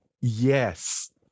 Yes